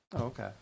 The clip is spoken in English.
Okay